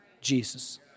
Jesus